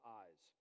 eyes